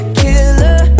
killer